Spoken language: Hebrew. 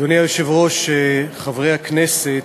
אדוני היושב-ראש, חברי הכנסת,